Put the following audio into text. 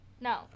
no